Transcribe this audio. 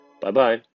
Bye-bye